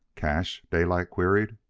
cash? daylight queried.